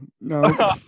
no